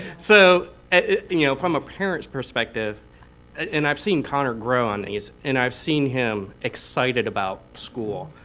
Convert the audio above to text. so and you know from a parent's perspective and i've seen connor grow on these. and i've seen him excited about school.